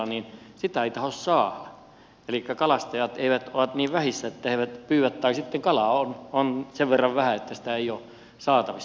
sitä ei tahdo saada elikkä kalastajat ovat niin vähissä että he eivät pyydä tai sitten kalaa on sen verran vähän että sitä ei ole saatavissa